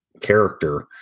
character